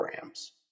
grams